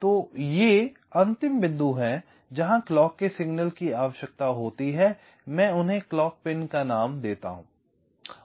तो ये अंतिम बिंदु हैं जहां क्लॉक के सिग्नल की आवश्यकता होती है मैं उन्हें क्लॉक पिन का नाम देता हूं